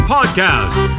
Podcast